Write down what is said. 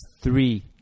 three